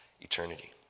eternity